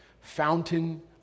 fountain